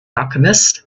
alchemist